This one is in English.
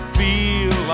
feel